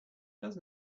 does